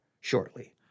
shortly